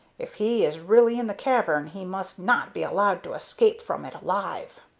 if he is really in the cavern he must not be allowed to escape from it alive.